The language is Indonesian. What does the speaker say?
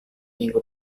minggu